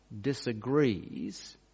disagrees